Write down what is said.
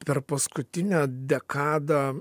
per paskutinę dekadą